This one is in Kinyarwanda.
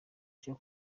cyo